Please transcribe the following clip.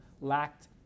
lacked